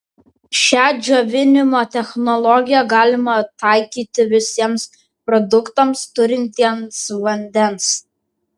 šią džiovinimo technologiją galima taikyti visiems produktams turintiems vandens